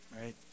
right